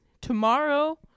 Tomorrow